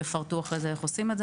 יפרטו אחרי זה איך עושים את זה,